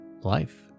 life